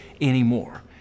anymore